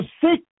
seek